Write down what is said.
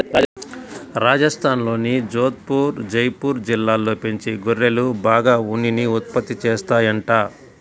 రాజస్థాన్లోని జోధపుర్, జైపూర్ జిల్లాల్లో పెంచే గొర్రెలు బాగా ఉన్నిని ఉత్పత్తి చేత్తాయంట